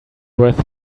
worth